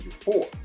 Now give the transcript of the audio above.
four